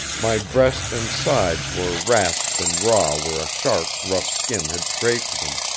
my breast and sides were rasped and raw where a shark's rough skin had scraped them.